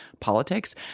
politics